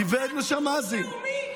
כי זה מטריף לי את הראש.